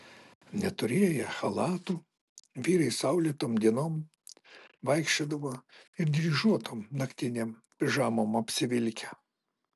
neturėję chalatų vyrai saulėtom dienom vaikščiodavo ir dryžuotom naktinėm pižamom apsivilkę